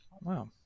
wow